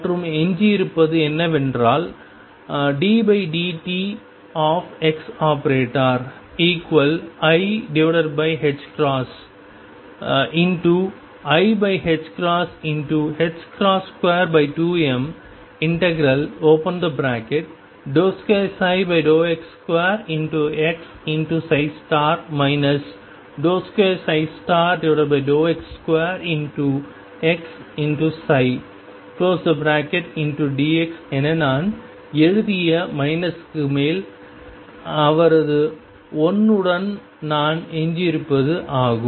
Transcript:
மற்றும் எஞ்சியிருப்பது என்னவென்றால் ddt⟨x⟩i i22m ∫2x2x 2x2xψdxஎன நான் எழுதிய மைனஸுக்கு மேல் அவரது 1 உடன் நான் எஞ்சியிருப்பது ஆகும்